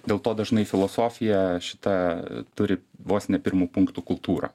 dėl to dažnai filosofija šita turi vos ne pirmu punktu kultūrą